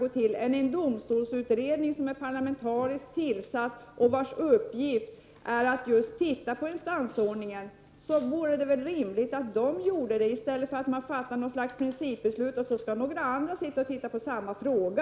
Det vore väl rimligt att låta den domstolsutredning som är parlamentariskt tillsatt och vars uppgift är just att se på instansordningen låta göra det, i stället för att fatta något slags principbeslut nu och sedan låta andra se på samma fråga.